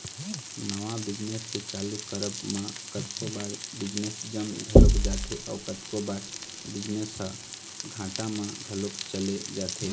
नवा बिजनेस के चालू करब म कतको बार बिजनेस जम घलोक जाथे अउ कतको बार बिजनेस ह घाटा म घलोक चले जाथे